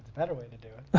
better way to do it.